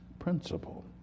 Principle